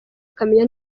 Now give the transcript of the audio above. akamenya